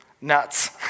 nuts